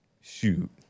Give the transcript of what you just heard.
Shoot